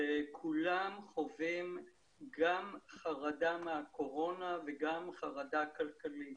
שכולם חווים גם חרדה מהקורונה וגם חרדה כלכלית.